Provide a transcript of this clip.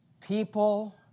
people